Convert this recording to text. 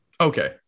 Okay